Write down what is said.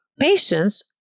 patients